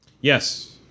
Yes